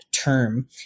term